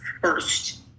first